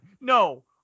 no